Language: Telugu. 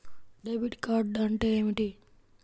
డెబిట్ కార్డ్ అంటే ఏమిటి?